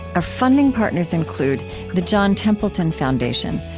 our funding partners include the john templeton foundation,